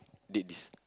did this